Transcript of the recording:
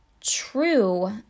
true